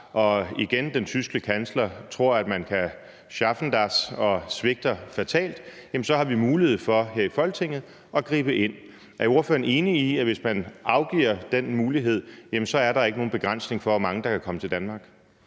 og den tyske kansler igen siger »wir schaffen das« og svigter fatalt, har vi mulighed for her i Folketinget at gribe ind. Er ordføreren enig i, at hvis man afgiver den mulighed, så er der ikke nogen begrænsning for, hvor mange der kan komme til Danmark?